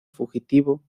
fugitivo